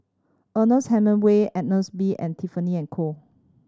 Ernest Hemingway Agnes B and Tiffany and Co